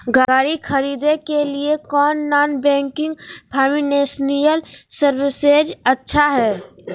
गाड़ी खरीदे के लिए कौन नॉन बैंकिंग फाइनेंशियल सर्विसेज अच्छा है?